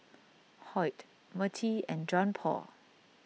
Hoyt Mertie and Johnpaul